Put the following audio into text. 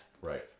right